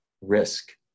risk